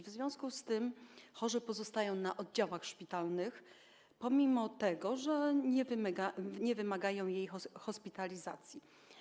W związku z tym chorzy pozostają na oddziałach szpitalnych, pomimo że nie wymagają hospitalizacji.